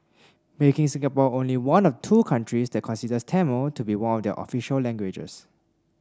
making Singapore only one of two countries that considers Tamil to be one of their official languages